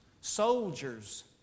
soldiers